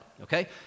Okay